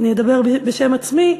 אדבר בשם עצמי,